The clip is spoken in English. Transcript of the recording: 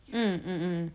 mm mm mm mm